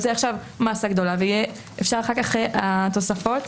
זה עכשיו מסה גדולה ויהיה אפשר אחר כך, התוספות